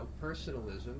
personalism